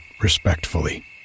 respectfully